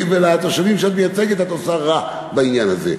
ולתושבים שאת מייצגת רע בעניין הזה,